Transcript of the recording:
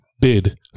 bid